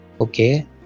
Okay